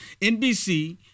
NBC